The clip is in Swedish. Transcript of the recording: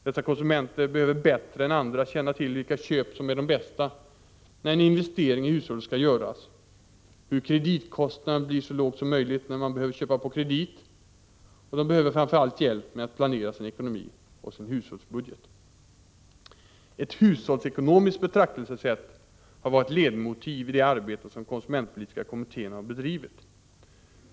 Dessa konsumenter behöver bättre än andra känna till vilka köp som är de bästa, när en investering i hushållet skall göras, hur kreditkostnaden blir så låg som möjligt när man behöver köpa på kredit, och de behöver framför allt hjälp med att planera sin ekonomi och sin hushållsbudget. Ett hushållsekonomiskt betraktelsesätt har varit ledmotiv i det arbete som konsumentpolitiska kommittén har bedrivit.